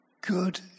good